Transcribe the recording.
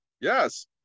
Yes